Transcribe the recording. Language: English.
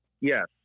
Yes